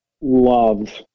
love